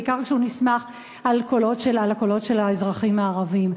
בעיקר כשהוא נסמך על הקולות של האזרחים הערבים.